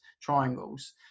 triangles